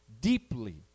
deeply